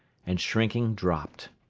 and shrinking dropped.